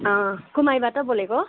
कुमाईबाट बोलेको